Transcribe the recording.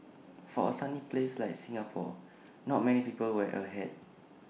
for A sunny place like Singapore not many people wear A hat